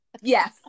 Yes